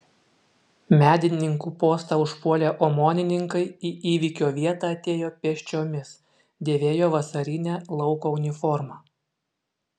medininkų postą užpuolę omonininkai į įvykio vietą atėjo pėsčiomis dėvėjo vasarinę lauko uniformą